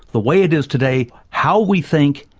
the way it is today, how we think,